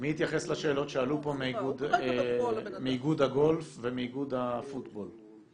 מי יתייחס לשאלות שעלו פה מאיגוד הגולף ומאיגוד הפוטבול?